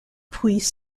puis